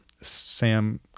Sam